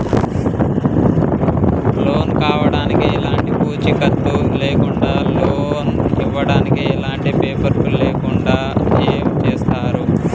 Loan కావడానికి ఎలాంటి పూచీకత్తు లేకుండా లోన్ ఇవ్వడానికి ఎలాంటి పేపర్లు లేకుండా ఏం చేస్తారు?